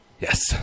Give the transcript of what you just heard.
Yes